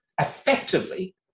effectively